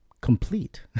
complete